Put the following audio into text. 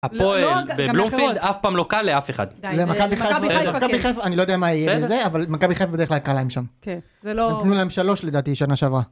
הפועל בבלומפילד אף פעם לא קל לאף אחד. למכבי חיפה, אני לא יודע מה יהיה בזה, אבל למכבי חיפה בדרך כלל קל להם שם. כן, זה לא... נתנו להם שלוש לדעתי שנה שעברה.